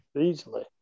easily